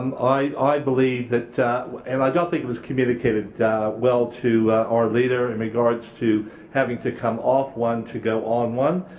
i i believe that and i don't think it was communicated well to our leader in regards to having to come off one to go on one